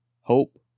hope